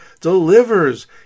delivers